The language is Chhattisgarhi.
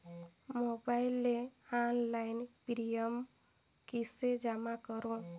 मोबाइल ले ऑनलाइन प्रिमियम कइसे जमा करों?